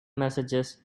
messages